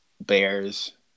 bears